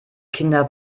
kinder